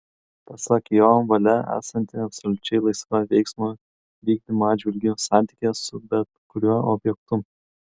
pasak jo valia esanti absoliučiai laisva veiksmo vykdymo atžvilgiu santykyje su bet kuriuo objektu